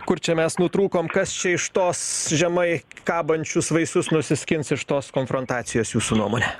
kur čia mes nutrūkom kas čia iš tos žemai kabančius vaisius nusiskins iš tos konfrontacijos jūsų nuomone